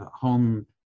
home